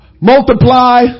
multiply